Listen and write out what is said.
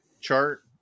chart